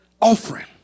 offering